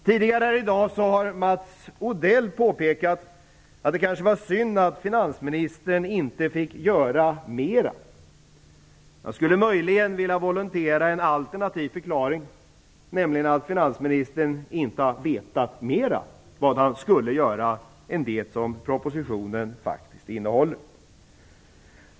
Tidigare i dag har Mats Odell påpekat att det kanske var synd att finansministern inte fick göra mer. Jag skulle möjligen vilja volontera en alternativ förklaring, nämligen att finansministern inte har vetat mer vad han skulle göra än det som propositionen faktiskt innehåller.